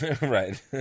Right